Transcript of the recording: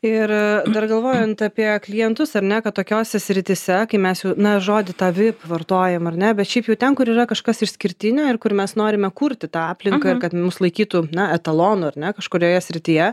ir dar galvojant apie klientus ar ne kad tokiose srityse kai mes jau na žodį tą vip vartojam ar ne bet šiaip jau ten kur yra kažkas išskirtinio ir kur mes norime kurti tą aplinką ir kad mus laikytų na etalonu ar ne kažkurioje srityje